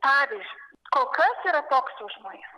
pavyzdžius kol kas yra toks užmojis